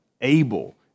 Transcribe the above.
able